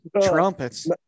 Trumpets